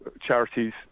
charities